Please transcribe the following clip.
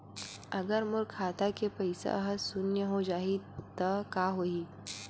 अगर मोर खाता के पईसा ह शून्य हो जाही त का होही?